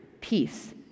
peace